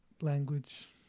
language